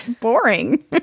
boring